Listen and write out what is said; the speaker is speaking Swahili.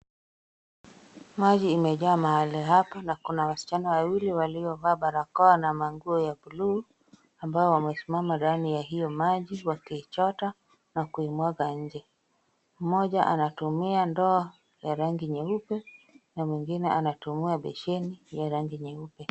Maji yamejaa mahali hapa na kuna wasichana wawili waliovaa barakoa na manguo ya bluu ambao wamesimama ndani ya hiyo maji wakichota na kuimwaga nje, mmoja anatumia ndoo ya rangi nyeupe na mwingine anatumia besheni ya rangi nyeupe.